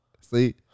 See